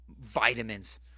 vitamins